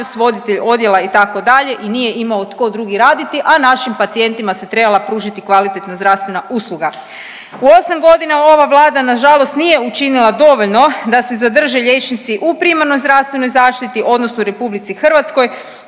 voditelj odjela itd. i nije imao tko drugi raditi, a našim pacijentima se trebala pružiti kvalitetna zdravstvena usluga. U 8 godina ova Vlada na žalost nije učinila dovoljno da se zadrže liječnici u primarnoj zdravstvenoj zaštiti, odnosno Republici Hrvatskoj